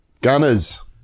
Gunners